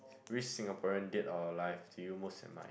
which Singaporean dead or alive do you most admire